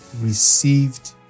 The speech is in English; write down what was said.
received